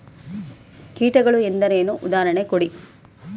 ಕೀಟಗಳು ಎಂದರೇನು? ಉದಾಹರಣೆ ಕೊಡಿ?